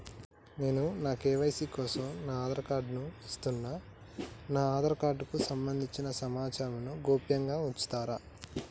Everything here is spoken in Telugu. నేను నా కే.వై.సీ కోసం నా ఆధార్ కార్డు ను ఇస్తున్నా నా ఆధార్ కార్డుకు సంబంధించిన సమాచారంను గోప్యంగా ఉంచుతరా?